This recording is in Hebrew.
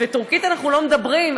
טורקית אנחנו לא מדברים,